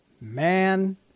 Man